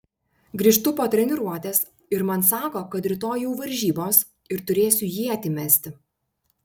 grįžtu po treniruotės ir man sako kad rytoj jau varžybos ir turėsiu ietį mesti